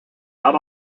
not